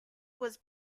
was